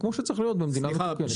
כפי שצריך להיות במדינה מתוקנת.